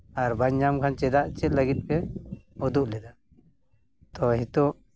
ᱟᱨ ᱵᱟᱹᱧ ᱧᱟᱢ ᱠᱷᱟᱱ ᱪᱮᱫᱟᱜ ᱪᱮᱫ ᱞᱟᱹᱜᱤᱫ ᱯᱮ ᱩᱫᱩᱜ ᱞᱮᱫᱟ ᱛᱳ ᱦᱤᱛᱳᱜ